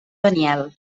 daniel